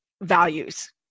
values